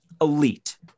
Elite